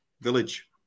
Village